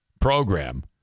program